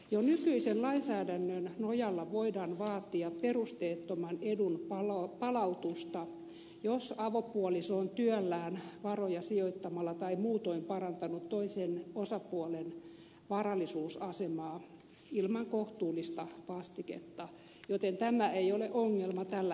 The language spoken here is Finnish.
jo nykyisen lainsäädännön nojalla voidaan vaatia perusteettoman edun palautusta jos avopuoliso on työllään varoja sijoittamalla tai muutoin parantanut toisen osapuolen varallisuusasemaa ilman kohtuullista vastiketta joten tämä ei ole ongelma tällä hetkellä